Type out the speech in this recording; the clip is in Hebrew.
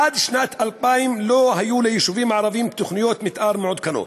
עד שנת 2000 לא היו ליישובים הערביים תוכניות מתאר מעודכנות.